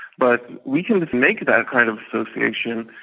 but we can just make that kind of association,